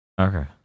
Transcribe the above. Okay